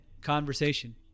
conversation